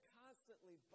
constantly